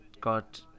got